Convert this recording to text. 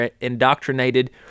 indoctrinated